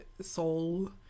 soul